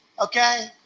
okay